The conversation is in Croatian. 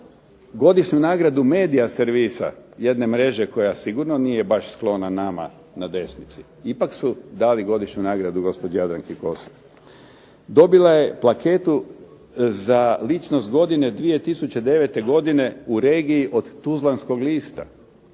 godišnju nagradu medija servisa, jedne mreže koja sigurno nije baš sklona nama na desnici, ipak su dali godišnju nagradu gospođi Jadranki Kosor. Dobila je plaketu za ličnost godine 2009. godine u regiji od tuzlanskog lista,